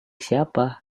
siapa